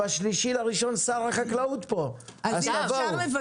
ב-3 בינואר שר החקלאות יהיה פה, אז תבואו.